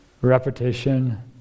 repetition